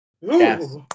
Yes